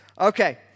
Okay